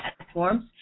platforms